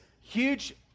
huge